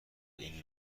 این